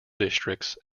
districts